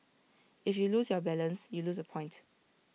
if you lose balance you lose A point